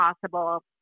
possible